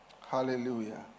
Hallelujah